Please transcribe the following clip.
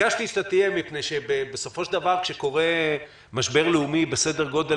ביקשתי שתעלה כי בסופו של דבר כשקורה משבר לאומי בסדר גודל